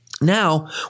Now